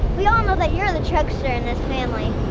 we all know that you're the trickster in this family.